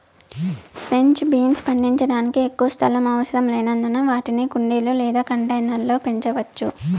French beans పండించడానికి ఎక్కువ స్థలం అవసరం లేనందున వాటిని కుండీలు లేదా కంటైనర్ల లో పెంచవచ్చు